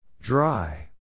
Dry